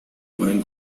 pueden